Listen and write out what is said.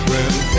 Room